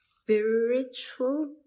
spiritual